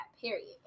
period